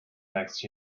next